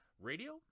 Radio